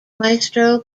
maestro